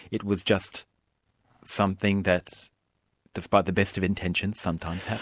it was just something that despite the best of intentions, sometimes yeah